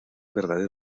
verdadero